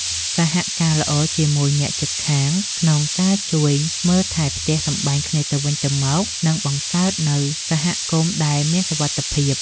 សហការល្អជាមួយអ្នកជិតខាងក្នុងការជួយមើលថែផ្ទះសម្បែងគ្នាទៅវិញទៅមកនឹងបង្កើតនូវសហគមន៍ដែលមានសុវត្ថិភាព។